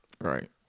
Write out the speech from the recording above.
Right